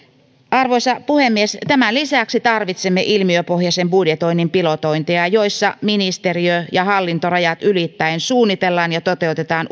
arvoisa puhemies tämän lisäksi tarvitsemme ilmiöpohjaisen budjetoinnin pilotointeja joissa ministeriö ja hallintorajat ylittäen suunnitellaan ja toteutetaan